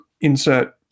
insert